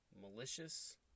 malicious